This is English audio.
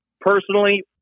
personally